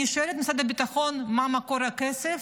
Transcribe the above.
אני שואלת את משרד הביטחון מה מקור הכסף,